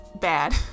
bad